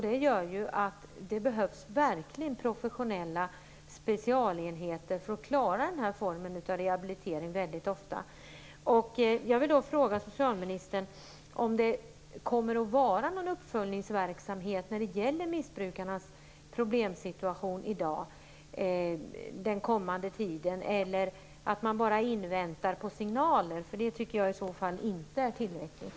Det gör att det väldigt ofta verkligen behövs professionella specialenheter för att klara den här formen av rehabilitering. Jag vill då fråga socialministern om det den kommande tiden kommer att ske någon uppföljningsverksamhet när det gäller missbrukarnas problemsituation i dag. Kommer man bara att invänta signalen? Det tycker jag i så fall inte är tillräckligt.